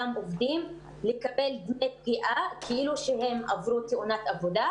חד הוריות שעבדו במשרה או בחלקיות משרה.